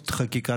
זה ניצחון.